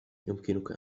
يمكنك